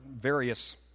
various